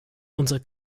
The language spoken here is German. unser